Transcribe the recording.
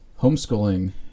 homeschooling